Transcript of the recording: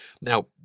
Now